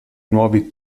nuovi